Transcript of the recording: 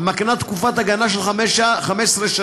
המקנה תקופת הגנה של 15 שנים,